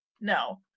No